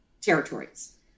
territories